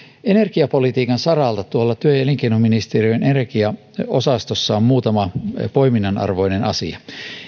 energiapolitiikan saralta tuolta työ ja elinkeinoministeriön energiaosastolta on muutama poiminnan arvoinen asia